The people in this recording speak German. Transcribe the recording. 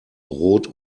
rot